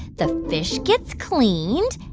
the fish gets cleaned,